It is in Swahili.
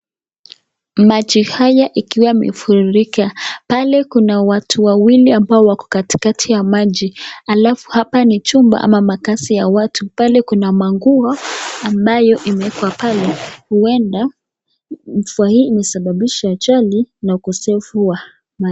Maji haya yakiwa yamefurika, pale kuna watu wawili ambao wako katikati ya maji, halafu hapa ni chumba au makazi ya watu. Pale kuna manguo ambayo imewekwa pale huenda mvua hii imesababisha ajali na ukosefu wa mali.